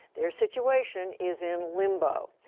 their situation is in limbo.